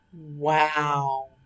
Wow